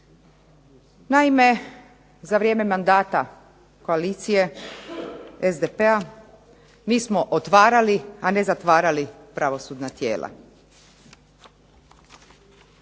Naime za vrijeme mandata koalicije SDP-a mi smo otvarali, a ne zatvarali pravosudna tijela.